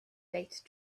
date